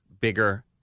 bigger